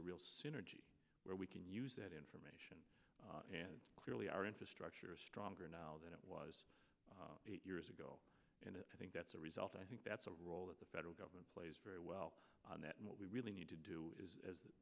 a real synergy where we can use that information and clearly our infrastructure is stronger now than it was eight years ago and i think that's a result i think that's a role that the federal government plays very well on that and what we really need to do is